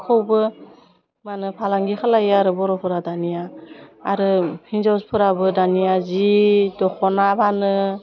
खौबो मा होनो फालांगि खालायो आरो बर'फोरा दानिया आरो हिन्जावफोराबो दानिया जि दख'ना फानो